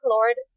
Lord